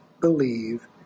believe